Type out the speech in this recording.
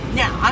now